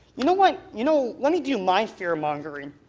you know like you know, let me do my fear mongering,